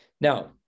Now